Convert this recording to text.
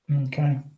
Okay